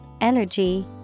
energy